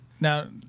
Now